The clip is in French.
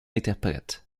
interprète